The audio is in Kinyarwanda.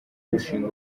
gushinga